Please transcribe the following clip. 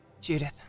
Judith